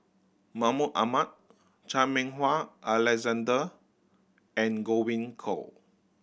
Mahmud Ahmad Chan Meng Wah Alexander and Godwin Koay